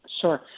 Sure